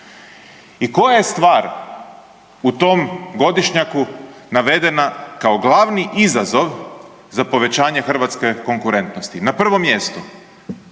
I koja je stvar u tom godišnjaku navedena kao glavni izazov za povećanje hrvatske konkurentnosti? Na prvom mjestu